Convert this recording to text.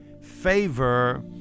Favor